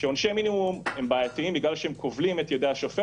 עונשי מינימום הם בעייתיים בגלל שהם כובלים את ידי השופט